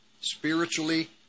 spiritually